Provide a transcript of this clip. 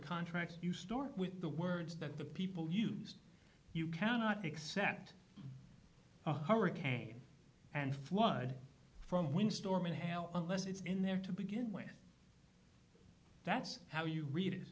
contracts you store with the words that the people used you cannot except hurricane and flood from when storm in hell unless it's in there to begin with that's how you read it